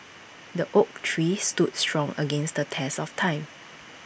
the oak tree stood strong against the test of time